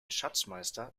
schatzmeister